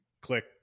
click